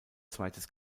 zweites